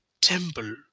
temple